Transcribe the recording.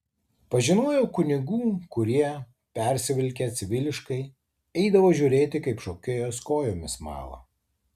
pažinojau kunigų kurie persivilkę civiliškai eidavo žiūrėti kaip šokėjos kojomis mala